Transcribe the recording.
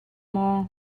maw